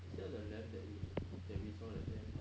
is that the lamp that you that we saw that day